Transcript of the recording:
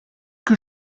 que